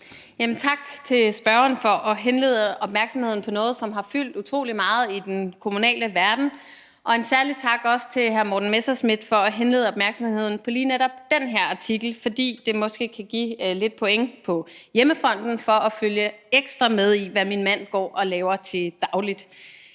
Tak til spørgeren for at henlede opmærksomheden på noget, som har fyldt utrolig meget i den kommunale verden, og en særlig tak også til hr. Morten Messerschmidt for at henlede opmærksomheden på lige netop den her artikel, fordi det måske kan give lidt point på hjemmefronten for at følge ekstra med i, hvad min mand går og laver til daglig.